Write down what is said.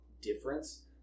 difference